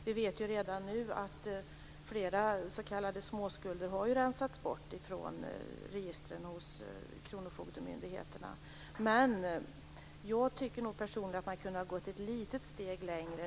Vi vet redan nu att flera s.k. småskulder har rensats bort från registren hos kronofogdemyndigheterna. Men jag tycker nog personligen att man kunde ha gått ett litet steg längre.